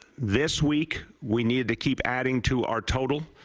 this week we need to keep adding to our total.